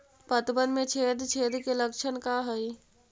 पतबन में छेद छेद के लक्षण का हइ?